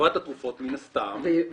חברת התרופות מן הסתם נותנת מתנה לחתונה.